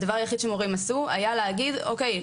הדבר היחידי שמורים עשו היה להגיד אוקיי,